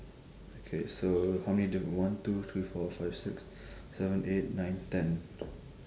okay so how many diff~ one two three four five six seven eight nine ten